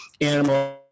animal